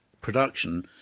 production